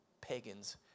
pagans